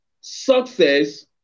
success